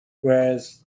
Whereas